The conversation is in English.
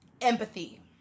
Empathy